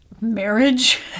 marriage